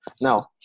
now